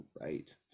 right